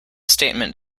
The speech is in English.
statement